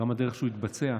גם הדרך שהוא התבצע,